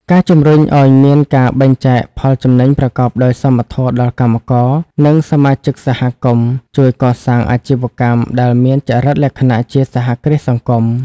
ការជំរុញឱ្យមានការបែងចែកផលចំណេញប្រកបដោយសមធម៌ដល់កម្មករ និងសមាជិកសហគមន៍ ជួយកសាងអាជីវកម្មដែលមានចរិតលក្ខណៈជា "សហគ្រាសសង្គម"